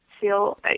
feel